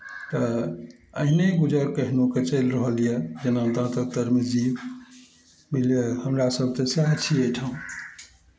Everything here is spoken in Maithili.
त अहिने गुजर कहिनो कऽ चइल रहल यऽ जीव बुझलीयै हमरा सब तऽ सैह छी अहिठाम